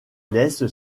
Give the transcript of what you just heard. laisse